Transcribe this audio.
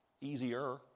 Easier